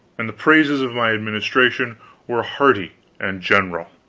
and the praises of my administration were hearty and general.